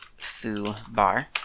foobar